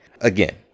Again